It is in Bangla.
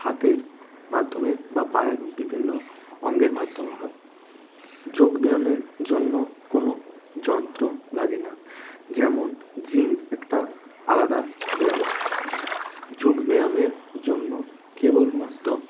হাতের মাধ্যমে বা পায়ের বিভিন্ন অঙ্গের মাধ্যমে হয় যোগব্যায়ামের জন্য কোনো যন্ত্র লাগে না যেমন জিম একটা আলাদা ব্যায়াম যোগব্যায়ামের জন্য কেবলমাত্র